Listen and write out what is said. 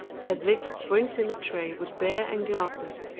hedvig brings in a tray with beer and glasses,